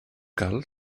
cal